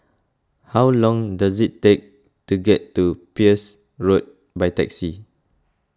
how long does it take to get to Peirce Road by taxi